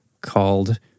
called